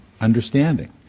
understanding